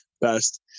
best